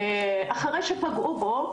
אחרי שפגעו בו,